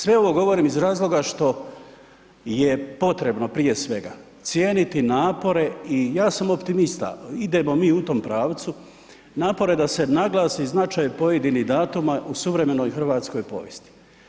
Sve ovo govorim iz razloga što je potrebno prije svega cijeniti napore i ja sam optimista, idemo mi u tom pravcu, napore da se naglasi značaj pojedinih datuma u suvremenoj hrvatskoj povijesti.